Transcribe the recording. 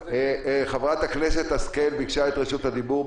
חברת הכנסת השכל ביקשה את רשות הדיבור,